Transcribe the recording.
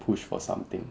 push for something